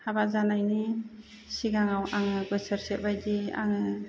हाबा जानायनि सिगाङाव आङो बोसोरसे बादि आङो